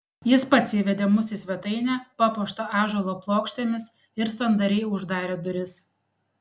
jis pats įvedė mus į svetainę papuoštą ąžuolo plokštėmis ir sandariai uždarė duris